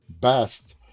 best